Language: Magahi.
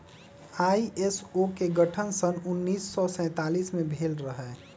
आई.एस.ओ के गठन सन उन्नीस सौ सैंतालीस में भेल रहै